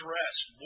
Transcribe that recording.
rest